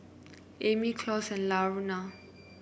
Emmy Claus and Laverna